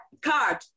card